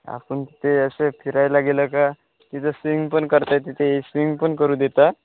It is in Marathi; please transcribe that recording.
आपण ते असं फिरायला गेलं का तिथं स्विंग पण करताय तिथे स्विंग पण करू देता